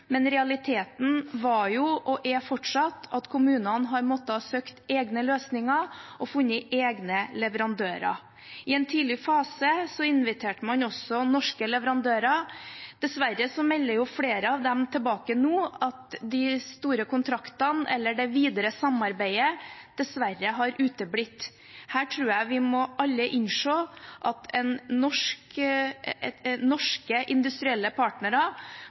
men realiteten var jo og er fortsatt at kommunene har måttet søke egne løsninger og finne egne leverandører. I en tidlig fase inviterte man også norske leverandører. Dessverre melder flere av dem tilbake nå at de store kontraktene eller det videre samarbeidet har uteblitt. Her tror jeg vi alle må innse at norske industrielle partnere